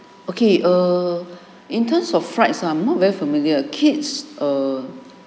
okay err in terms of flights ah I'm not very familiar kids err